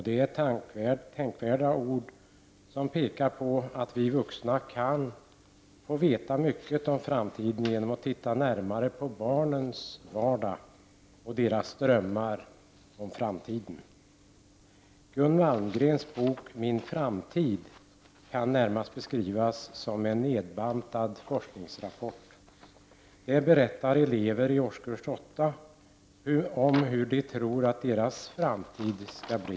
Det är tänkvärda ord, som pekar på att vi vuxna kan få veta mycket om framtiden genom att titta närmare på barnens vardag och deras drömmar om framtiden. Gun Malmgrens bok Min framtid kan närmast beskrivas som en nedbantad forskningsrapport. Där berättar elever i årskurs 8 om hur de tror att deras framtid skall bli.